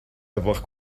avoir